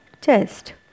chest